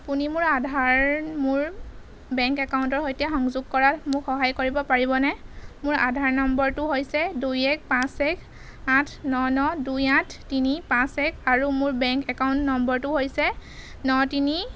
আপুনি মোৰ আধাৰ মোৰ বেংক একাউণ্টৰ সৈতে সংযোগ কৰাৰ মোক সহায় কৰিব পাৰিবনে মোৰ আধাৰ নম্বৰটো হৈছে দুই এক পাঁচ এক আঠ ন ন দুই আঠ তিনি পাঁচ আৰু মোৰ বেংক একাউণ্ট নম্বৰটো হৈছে ন তিনি